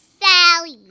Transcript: Sally